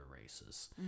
races